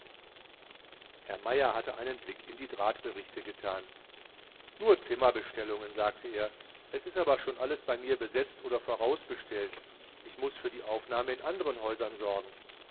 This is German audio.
herr meier hatte einen blick in die telegramme getan nur zimmerbestellungen sagte er es ist aber schon alles bei mir besetzt oder vorausbestellt ich muß für aufnahme in anderen häusern sorgen